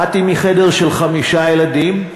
באתי מחדר של חמישה ילדים,